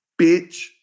Bitch